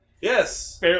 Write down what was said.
Yes